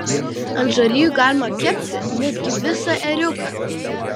ant žarijų galima kepti netgi visą ėriuką